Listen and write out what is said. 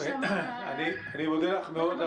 אני מודה לך מאוד,